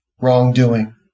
wrongdoing